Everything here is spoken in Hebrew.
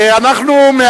חבר